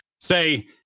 say